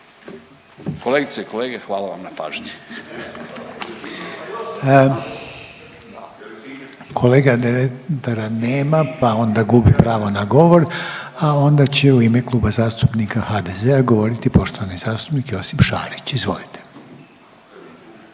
Kolegice i kolege hvala vam na pažnji. **Reiner, Željko (HDZ)** Kolege Dretara nema, pa onda gubi pravo na govor. A onda će u ime Kluba zastupnika HDZ-a govoriti poštovani zastupnik Josip Šarić, izvolite.